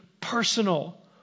personal